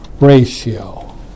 ratio